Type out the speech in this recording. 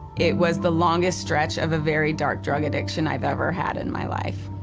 it was the longest stretch of a very dark drug addiction i've ever had in my life.